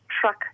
truck